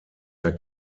der